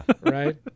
Right